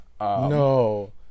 No